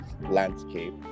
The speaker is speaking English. landscape